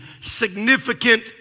significant